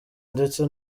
ndetse